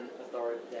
authority